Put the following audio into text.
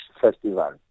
Festival